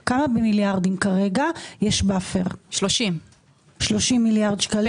30. 30 מיליארד שקלים?